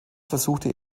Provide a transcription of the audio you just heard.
versuchte